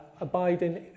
abiding